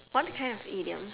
what kind of idiom